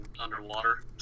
underwater